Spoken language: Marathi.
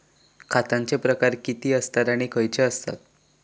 खतांचे प्रकार किती आसत आणि खैचे आसत?